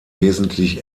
wesentlich